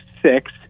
six